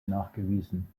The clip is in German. nachgewiesen